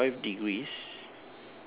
forty five degrees